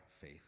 faith